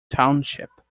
township